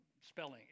spelling